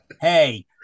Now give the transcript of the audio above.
Hey